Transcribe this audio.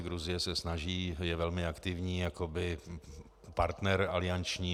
Gruzie se snaží, je velmi aktivní partner alianční.